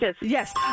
Yes